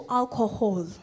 alcohol